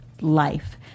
life